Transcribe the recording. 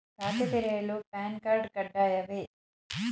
ಖಾತೆ ತೆರೆಯಲು PAN card ಕಡ್ಡಾಯವೇ?